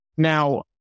Now